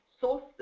source